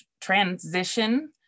transition